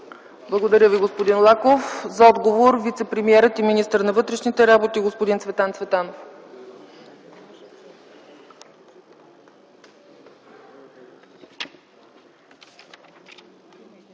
Благодаря Ви, господин Лаков. За отговор има думата вицепремиерът и министър на вътрешните работи господин Цветан Цветанов.